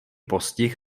postih